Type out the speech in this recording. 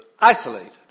isolated